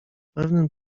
pewnym